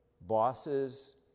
bosses